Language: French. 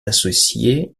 associé